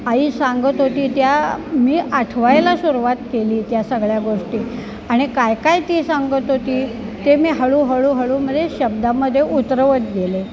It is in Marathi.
आई सांगत होती त्या मी आठवायला सुरुवात केली त्या सगळ्या गोष्टी आणि काय काय ती सांगत होती ते मी हळूहळूहळू म्हणजे शब्दामध्ये उतरवत गेले